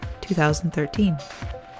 2013